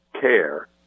care